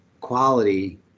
quality